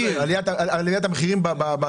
הוא מדבר על עליית המחירים בדיור.